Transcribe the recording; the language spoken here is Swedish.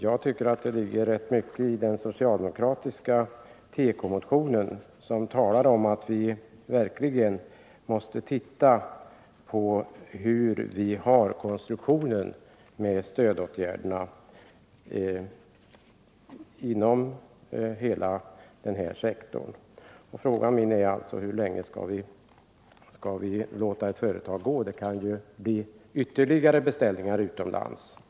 Jag tycker att det ligger rätt mycket i den socialdemokratiska tekomotionen, som talar om att vi verkligen måste se på konstruktionen med stödåtgärderna inom hela denna sektor. Min fråga är alltså: Hur långt skall vi låta ett företag gå? Det kan ju bli ytterligare beställningar utomlands.